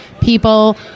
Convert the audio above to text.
People